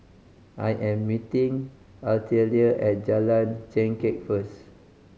I am meeting Artelia at Jalan Chengkek first